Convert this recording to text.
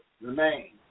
remain